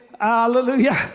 hallelujah